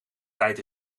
tijd